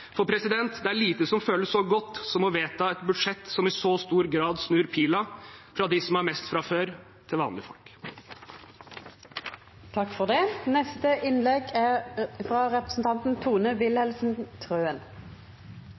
Det er lite som føles så godt som å vedta et budsjett som i så stor grad snur pila fra dem som har mest fra før, til vanlige folk. Høyres viktigste helsepolitiske prosjekt er